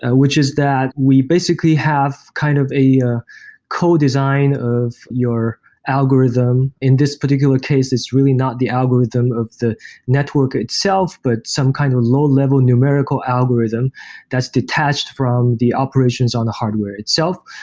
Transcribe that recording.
ah which is that we basically have kind of a ah co-design of your algorithm. in this particular case, it's really not the algorithm of the network itself, but some kind of low-level numerical algorithm that's detached from the operations on a hardware itself.